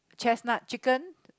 chestnut chicken